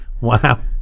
Wow